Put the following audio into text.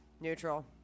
Neutral